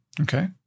Okay